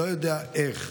לא יודע איך,